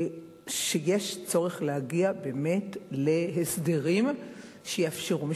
שיש צורך להגיע להסדרים שיאפשרו.